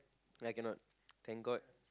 I cannot thank god